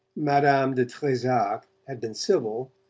madame de trezac had been civil,